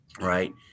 Right